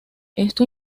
esto